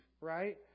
right